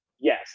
Yes